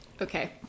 Okay